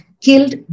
killed